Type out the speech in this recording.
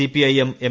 CPIM M